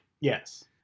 Yes